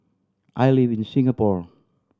I live in Singapore